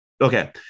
Okay